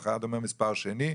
אחד אומר מספר שני,